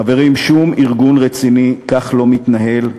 חברים, שום ארגון רציני לא מתנהל כך.